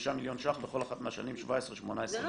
וחמישה מיליון ש"ח בכל אחת מהשנים 17', 18' ו-19'.